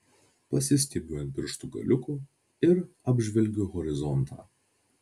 pasistiebiu ant pirštų galiukų ir apžvelgiu horizontą